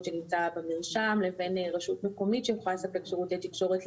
שנמצא במרשם לבין רשות מקומי שיכולה לספק שירותי תקשורת,